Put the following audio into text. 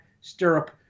Stirrup